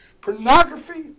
pornography